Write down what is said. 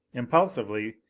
impulsively,